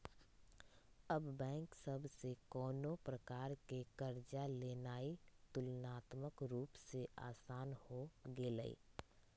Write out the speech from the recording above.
अब बैंक सभ से कोनो प्रकार कें कर्जा लेनाइ तुलनात्मक रूप से असान हो गेलइ